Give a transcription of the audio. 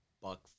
buck